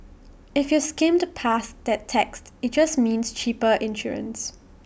if you skimmed past that text IT just means cheaper insurance